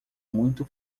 muito